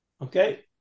Okay